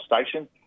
Station